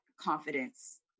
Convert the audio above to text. confidence